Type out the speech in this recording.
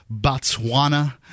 Botswana